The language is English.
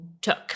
took